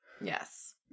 Yes